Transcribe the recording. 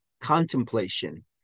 contemplation